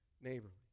neighborly